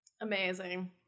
Amazing